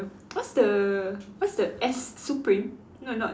what's the what's the S supreme no not